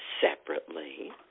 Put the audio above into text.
separately